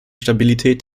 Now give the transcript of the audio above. stabilität